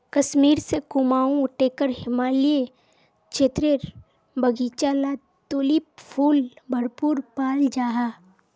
कश्मीर से कुमाऊं टेकर हिमालयी क्षेत्रेर बघिचा लात तुलिप फुल भरपूर पाल जाहा